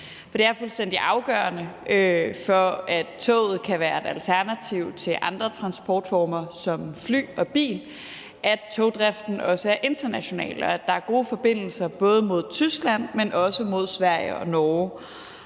for det er fuldstændig afgørende, for at toget kan være et alternativ til andre transportformer som fly og bil, at togdriften også er international, og at der er gode forbindelser både mod Tyskland, men også mod Sverige og Norge.